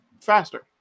faster